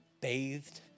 bathed